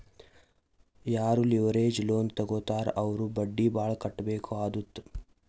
ಯಾರೂ leverage loan ತಗೋತ್ತಾರ್ ಅವ್ರು ಬಡ್ಡಿ ಭಾಳ್ ಕಟ್ಟಬೇಕ್ ಆತ್ತುದ್